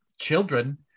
children